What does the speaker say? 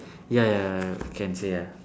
ya ya ya can say ah